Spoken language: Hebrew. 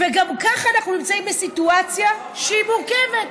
וגם ככה אנחנו נמצאים בסיטואציה שהיא מורכבת.